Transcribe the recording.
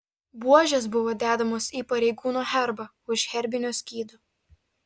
buožės buvo dedamos į pareigūno herbą už herbinio skydo